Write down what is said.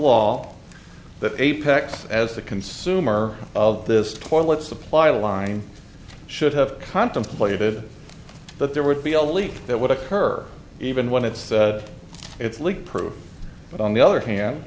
law that apex as the consumer of this toilet supply line should have contemplated that there would be a leak that would occur even when it's its legal proof but on the other hand